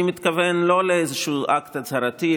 אני לא מתכוון לאיזשהו אקט הצהרתי,